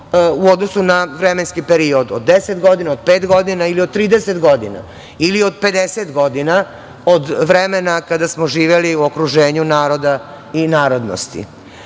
u odnosu na vremenski period od 10 godina, od pet godina, od 30 godina ili od 50 godina od vremena kada smo živeli u okruženju naroda i narodnosti. Identitet